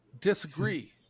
Disagree